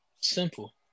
Simple